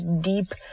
deep